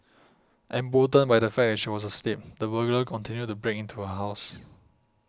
emboldened by the fact that she was asleep the burglar continued to break into her house